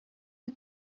you